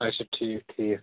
اچھا ٹھیٖک ٹھیٖک